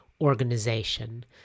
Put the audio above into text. organization